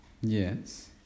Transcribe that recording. yes